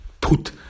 put